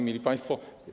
Mili Państwo!